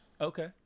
Okay